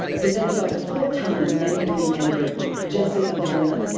presented by four-time emmy-winning editor jesse averna.